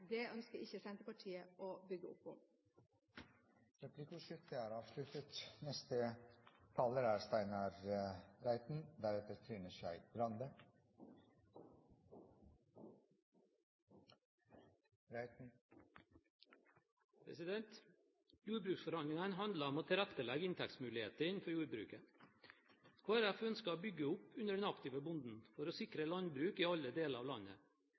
Det ønsker ikke Senterpartiet å bygge opp om. Da er replikkordskiftet avsluttet. Jordbruksforhandlingene handler om å tilrettelegge inntektsmulighetene for jordbruket. Kristelig Folkeparti ønsker å bygge opp under den aktive bonden for å sikre landbruk i alle deler av landet.